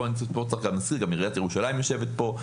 פה צריך גם להזכיר, גם עיריית ירושלים יושבת פה.